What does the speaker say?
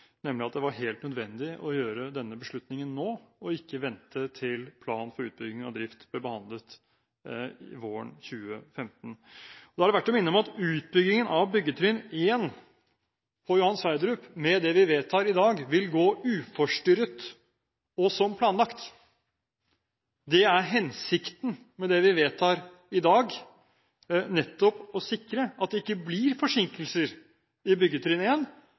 nemlig at det var helt nødvendig å fatte denne beslutningen nå, og ikke vente til plan for utbygging og drift blir behandlet våren 2015. Da er det verdt å minne om at utbyggingen av byggetrinn 1 på Johan Sverdrup med det vi vedtar i dag, vil gå uforstyrret og som planlagt. Det er hensikten med det vi vedtar i dag, nettopp å sikre at det ikke blir forsinkelser i byggetrinn 1 – og selvfølgelig å få på plass en